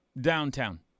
Downtown